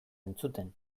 entzuten